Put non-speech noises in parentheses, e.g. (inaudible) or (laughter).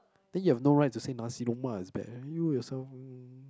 then you've no right to say nasi-lemak is bad you yourself (noise)